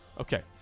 Okay